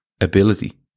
ability